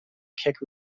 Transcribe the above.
kick